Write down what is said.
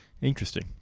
Interesting